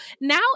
now